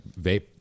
vape